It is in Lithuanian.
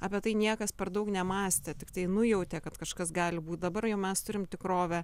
apie tai niekas per daug nemąstė tiktai nujautė kad kažkas gali būt dabar jau mes turim tikrovę